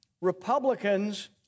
Republicans